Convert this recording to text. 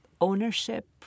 ownership